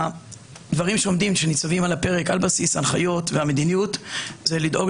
הדברים שניצבים על הפרק על בסיס ההנחיות והמדיניות זה לדאוג